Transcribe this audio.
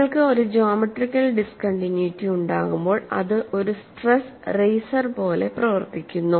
നിങ്ങൾക്ക് ഒരു geometrical discontinuity ഉണ്ടാകുമ്പോൾ അത് ഒരു സ്ട്രെസ് റെയ്സർ പോലെ പ്രവർത്തിക്കുന്നു